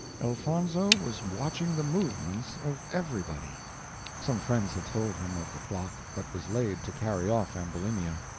elfonzo was watching the movements of everybody some friends had told him of the plot that was laid to carry off ambulinia.